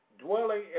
dwelling